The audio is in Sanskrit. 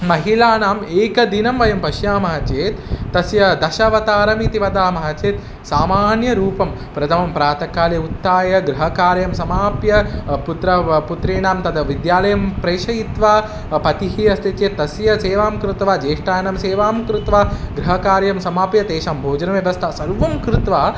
महिलानाम् एकदिनं वयं पश्यामः चेत् तासां दशावतारमिति वदामः चेत् सामान्यरूपं प्रथमं प्रातःकाले उत्थाय गृहकार्यं समाप्य पुत्र वा पुत्रीणां तद् विद्यालयं प्रेषयित्वा पतिः अस्ति चेत् तस्य सेवां कृत्वा ज्येष्ठानां सेवां कृत्वा गृहकार्यं समाप्य तेषां भोजनव्यवस्था सर्वं कृत्वा